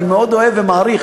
ואני מאוד אוהב ומעריך,